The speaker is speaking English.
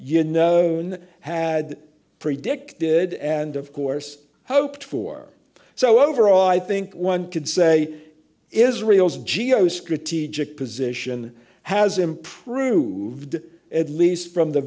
you know had predicted and of course hoped for so overall i think one could say israel's geo strategic position has improved at least from the